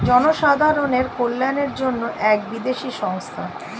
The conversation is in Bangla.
জনসাধারণের কল্যাণের জন্য এক বিদেশি সংস্থা